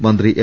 മന്ത്രി എം